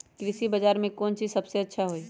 कृषि बजार में कौन चीज सबसे अच्छा होई?